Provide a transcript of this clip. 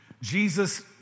Jesus